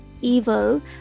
evil